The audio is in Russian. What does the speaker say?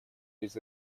без